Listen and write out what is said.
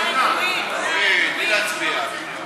בבקשה.